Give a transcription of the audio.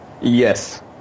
yes